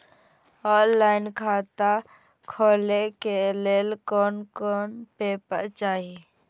Online खाता खोले के लेल कोन कोन पेपर चाही?